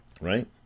right